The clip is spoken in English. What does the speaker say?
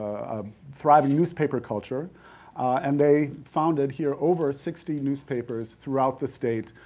a thriving newspaper culture and they founded here over sixty newspapers throughout the state,